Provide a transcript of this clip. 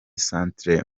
centre